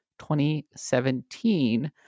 2017